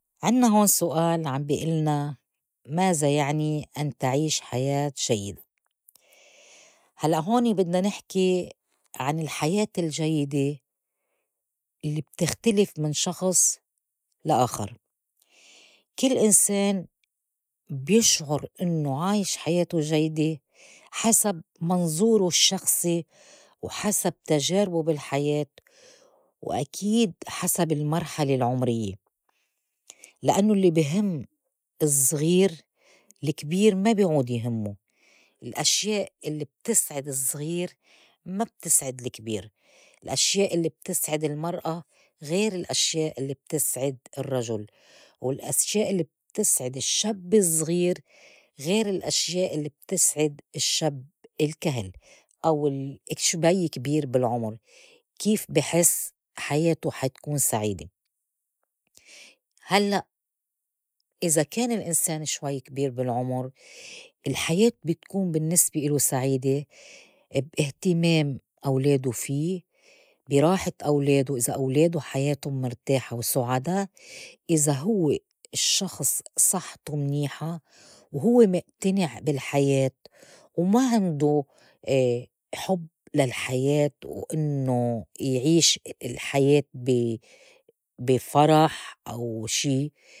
عنّا هون سؤال عم بي قلنا ماذا يعني أن تعيش حياة جيّدة؟ هلّأ هون بدنا نحكي عن الحياة الجيّدة إلي بتختلف من شخص لآخر كل إنسان بيشعر إنّو عايش حياته جيّدة حسب منظوره الشخصي وحسب تجاربه بالحياة وأكيد حسب المرحلة العمريّة لأنوا اللّي بي هم الصغير لكبير ما بعود يهمّه الأشياء اللّي بتسعد الصغير ما بتسعد الكبير، الأشياء اللّي بتسعد المرأة غير الأشياء اللّي بتسعد الرجل، والأشياء اللّي بتسعد الشب الصغير غير الأشياء اللّي بتسعد الشب الكهل أو الشوي كبير بالعمر كيف بحس حياته حا تكون سعيدة؟ هلّأ إذا كان الإنسان شوي كبير بالعمر الحياة بتكون بالنّسبة الوا سعيدة باهتمام أولاده في براحة أولاده إذا أولاده حياةٌ مرتاحة وسعدا، إذا هو الشّخص صحته منيحة وهو مقتنع بالحياة وما عنده حب للحياة وإنو يعيش الحياة بي بفرح أو شي.